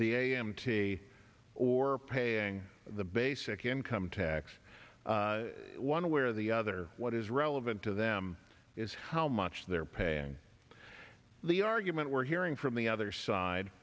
the a m t or paying the basic income tax one where the other what is relevant to them is how much they're paying the argument we're hearing from the other side